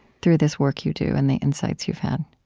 through this work you do and the insights you've had